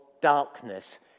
darkness